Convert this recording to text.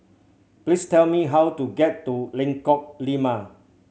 please tell me how to get to Lengkok Lima